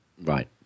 Right